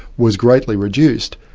was greatly reduced.